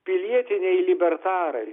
pilietiniai libertarai